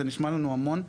זה נשמע לנו המון,